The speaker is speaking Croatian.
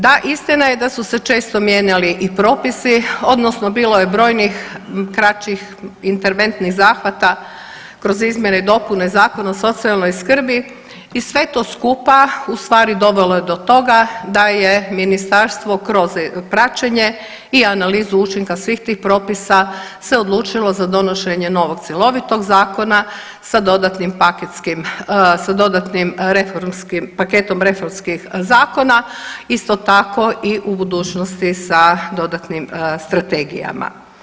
Da, istina je da su se često mijenjali i propisi odnosno bilo je brojnih kraćih interventnih zahvata kroz izmjene i dopune Zakona o socijalnoj skrbi i sve to skupa u stvari dovelo je do toga da je ministarstvo kroz praćenje i analizu učinka svih tih propisa se odlučilo za donošenje novog cjelovitog zakona sa dodatnim paketom reformskih zakona, isto tako i u budućnosti sa dodatnim strategijama.